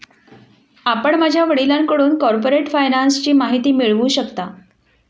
आपण माझ्या वडिलांकडून कॉर्पोरेट फायनान्सची माहिती मिळवू शकता